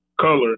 color